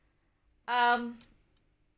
um